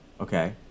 Okay